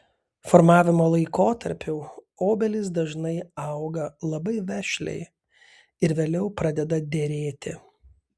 formavimo laikotarpiu obelys dažnai auga labai vešliai ir vėliau pradeda derėti